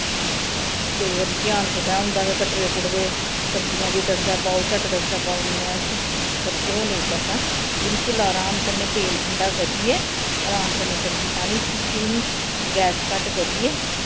केईं बारी ध्यान कुतै होंदा ते कटदे कुटदे सब्जियां जी तड़के पाओ ते झट पाई ओड़ने अस पर ओह् नेईं करना बिल्कुल आराम कन्नै तेल ठंडा करियै आराम कन्नै सब्जी पानी ते सिम गैस घट्ट करियै